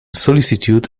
solicitude